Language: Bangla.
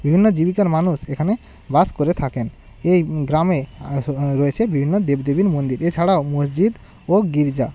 বিভিন্ন জীবিকার মানুষ এখানে বাস করে থাকেন এই গ্রামে রয়েছে বিভিন্ন দেবদেবীর মন্দির এছাড়াও মসজিদ ও গির্জা